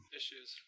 issues